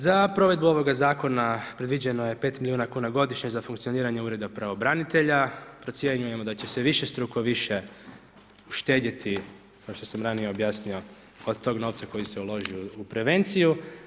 Za provedbu ovoga zakona, predviđeno je 5 milijuna kuna godišnje, za funkcioniranje ureda pravobranitelja, procjenjujemo da će se višestruko više štedjeti, kao što sam ranije objasnio od toga novca koji se uložio u prevenciju.